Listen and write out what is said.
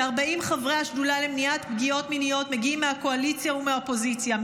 כ-40 חברי השדולה למניעת פגיעות מיניות מגיעים מהקואליציה ומהאופוזיציה,